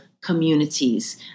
communities